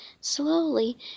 Slowly